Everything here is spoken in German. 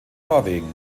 norwegen